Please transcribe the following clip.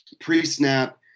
pre-snap